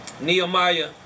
Nehemiah